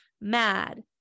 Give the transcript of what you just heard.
mad